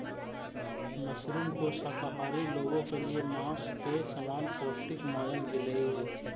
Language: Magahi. मशरूम को शाकाहारी लोगों के लिए मांस के समान पौष्टिक मानल गेलई हे